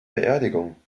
beerdigung